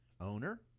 owner